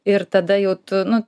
ir tada jau tu nu